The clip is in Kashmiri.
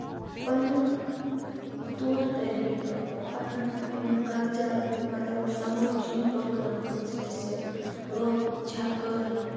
پَنُن طور طٔریٖقہٕ پَنُن یِم کَلچَر مَطلَب سَمٲجی پروگرام ٲسۍ اَسہِ رۄپھ چھَکٕر